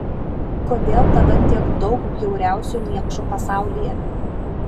kodėl tada tiek daug bjauriausių niekšų pasaulyje